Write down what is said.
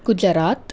Gujarat